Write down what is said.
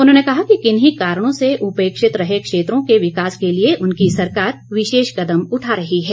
उन्होंने कहा कि किन्हीं कारणों से उपेक्षित रहे क्षेत्रों के विकास के लिए उनकी सरकार विशेष कदम उठा रही है